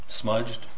smudged